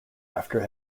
after